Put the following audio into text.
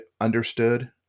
understood